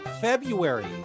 February